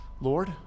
Lord